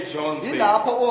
John